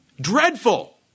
dreadful